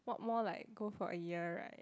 what more like go for a year right